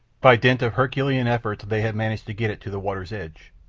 by dint of herculean efforts they had managed to get it to the water's edge.